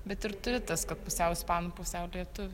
bet ir turi tas kad pusiau ispanų pusiau lietuvių